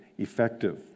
effective